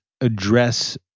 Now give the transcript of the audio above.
address